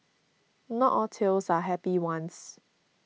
not all tales are happy ones